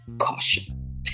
Caution